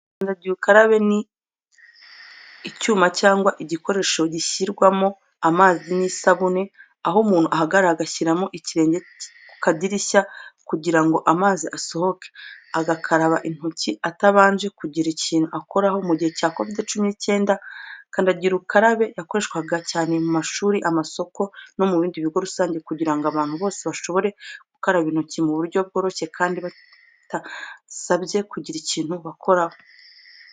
Kandagira ukarabe ni icyuma cyangwa igikoresho gishyirwamo amazi n'isabune, aho umuntu ahagarara agashyira ikirenge ku kadirishya kugira ngo amazi asohoke, agakaraba intoki atabanje kugira ikintu akoraho. Mu gihe cya COVID-19, kandagira ukarabe zakoreshwaga cyane mu mashuri, amasoko, no mu bindi bigo rusange kugira ngo abantu bose bashobore gukaraba intoki mu buryo bworoshye kandi bitabasabye kugira ikintu bakoraho.